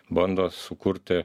bando sukurti